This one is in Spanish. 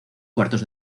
cuartos